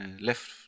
left